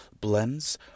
blends